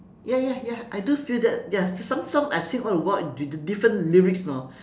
ya ya ya I do feel that ya some song I sing all the while d~ different lyrics you know